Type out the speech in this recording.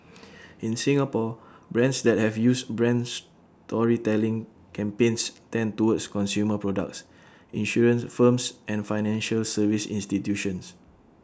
in Singapore brands that have used brand storytelling campaigns tend towards consumer products insurance firms and financial service institutions